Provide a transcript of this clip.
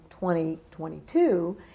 2022